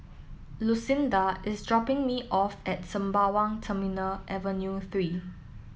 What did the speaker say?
Lucinda is dropping me off at Sembawang Terminal Avenue three